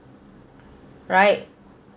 right